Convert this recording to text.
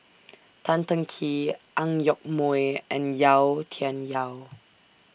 Tan Teng Kee Ang Yoke Mooi and Yau Tian Yau